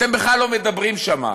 אתם בכלל לא מדברים שם,